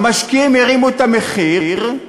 המשקיעים הרימו את המחיר,